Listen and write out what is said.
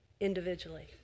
individually